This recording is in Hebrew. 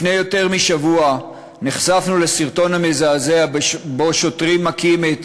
לפני יותר משבוע נחשפנו לסרטון המזעזע שבו שוטרים מכים את